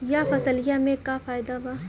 यह फसलिया में का फायदा बा?